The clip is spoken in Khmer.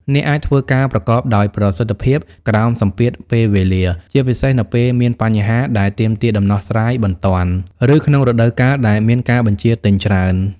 អ្នកអាចធ្វើការប្រកបដោយប្រសិទ្ធភាពក្រោមសម្ពាធពេលវេលា ជាពិសេសនៅពេលមានបញ្ហាដែលទាមទារដំណោះស្រាយបន្ទាន់ ឬក្នុងរដូវកាលដែលមានការបញ្ជាទិញច្រើន។